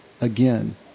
again